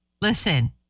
listen